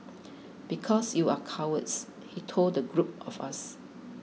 because you are cowards he told the group of us